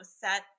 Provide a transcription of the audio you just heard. set